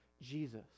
Jesus